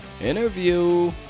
interview